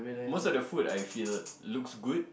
most of the food I feel looks good